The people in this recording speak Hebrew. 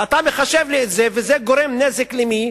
ואתה מחשב לי את זה, וזה גורם נזק למי